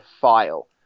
file